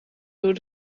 door